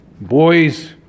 boys